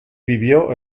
vivió